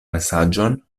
mesaĝon